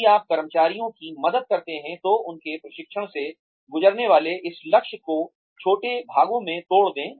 यदि आप कर्मचारियों की मदद करते हैं तो उनके प्रशिक्षण से गुजरने वाले इस लक्ष्य को छोटे भागों में तोड़ दें